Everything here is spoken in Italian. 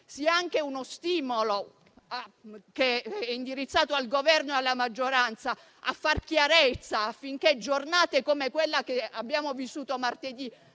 sia uno stimolo indirizzato al Governo e alla maggioranza a far chiarezza, affinché giornate come quella che abbiamo vissuto martedì